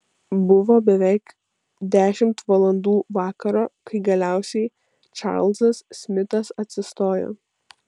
buvo beveik dešimt valandų vakaro kai galiausiai čarlzas smitas atsistojo